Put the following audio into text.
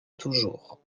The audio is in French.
toujours